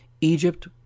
Egypt